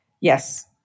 Yes